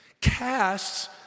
casts